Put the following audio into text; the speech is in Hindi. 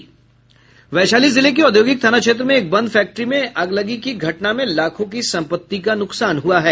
वैशाली जिले के औद्योगिक थाना क्षेत्र में एक बंद फैक्ट्री में अगलगी की घटना में लाखों की संपत्ति का नुकसान हुआ है